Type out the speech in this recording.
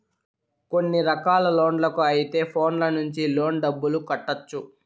కొన్ని రకాల లోన్లకు అయితే ఫోన్లో నుంచి లోన్ డబ్బులు కట్టొచ్చు